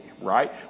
Right